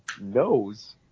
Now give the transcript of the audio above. knows